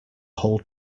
whole